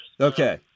Okay